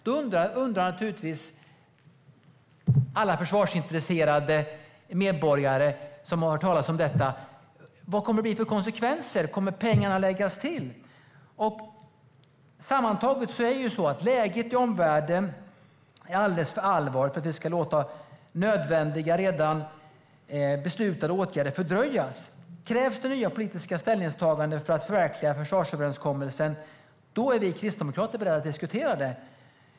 Då undrar naturligtvis alla försvarsintresserade medborgare som har hört talas om detta vad konsekvenserna blir och om pengar kommer att läggas till. Sammantaget är läget i omvärlden alldeles för allvarligt för att vi ska låta nödvändiga och redan beslutade åtgärder fördröjas. Om det krävs nya politiska ställningstaganden för att förverkliga försvarsöverenskommelsen är vi kristdemokrater beredda att diskutera det.